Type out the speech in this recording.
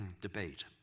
Debate